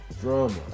Drama